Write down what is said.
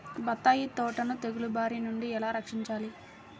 బత్తాయి తోటను తెగులు బారి నుండి ఎలా రక్షించాలి?